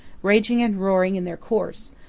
raging and roaring in their course,